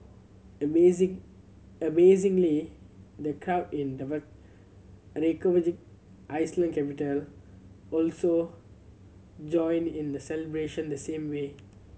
amazing amazingly the crowd in the Iceland capital also joined in the celebration the same way